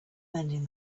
mending